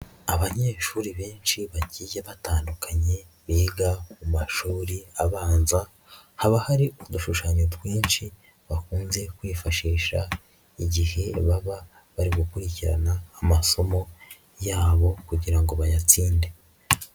Abanyeshuri benshi bagiye batandukanye biga mu mashuri abanza, haba hari udushushanyo twinshi bakunze kwifashisha igihe baba bari gukurikirana amasomo yabo kugira ngo bayatsinde.